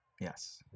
yes